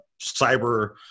cyber